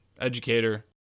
educator